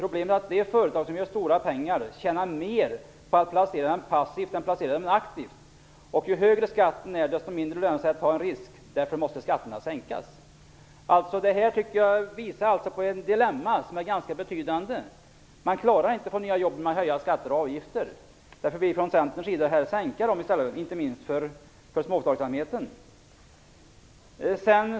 Problemet är att de företag som gör stora pengar tjänar mer på att placera dem passivt än på att placera dem aktivt. Ju högre skatten är, desto mindre lönar det sig att ta en risk. Därför måste skatterna sänkas. Jag tycker att detta visar på ett ganska betydande dilemma. Man klarar inte att skapa nya jobb genom att höja skatter och avgifter, och därför vill vi från Centerns sida sänka dem, inte minst för småföretagsamheten.